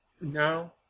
No